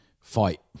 fight